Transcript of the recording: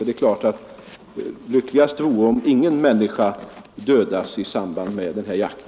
Det är klart att det vore lyckligast, om ingen människa dödades i samband med älgjakt.